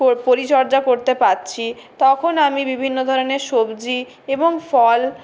কর পরিচর্যা করতে পারছি তখন আমি বিভিন্ন ধরণের সবজি এবং ফল